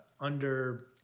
under-